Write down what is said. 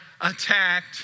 attacked